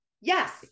Yes